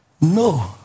No